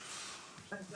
אני אתכם, בוקר טוב.